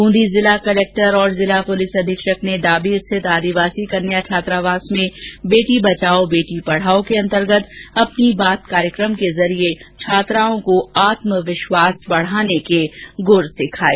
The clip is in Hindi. बूंदी जिला कलेक्टर तथा जिला पुलिस अधीक्षक ने डाबी स्थित आदिवासी कन्या छात्रावास में बेटी बचाओ बेटी पढाओ के अन्तर्गत अपनी बैात कार्यकम के जरिये छात्राओं को आत्मविश्वास बढाने के गुर सिखाये